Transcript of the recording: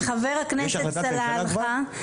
חבר הכנסת סלאלחה,